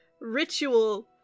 ritual